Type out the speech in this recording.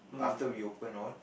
after we open all